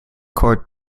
court